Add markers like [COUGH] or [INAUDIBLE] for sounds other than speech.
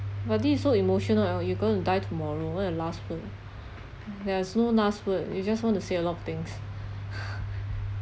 but this is so emotional like what you're going to die tomorrow what are your last word there's no last word you just want to say a lot of things [LAUGHS]